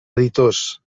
editors